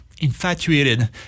infatuated